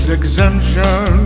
exemption